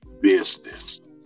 business